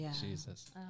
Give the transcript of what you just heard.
Jesus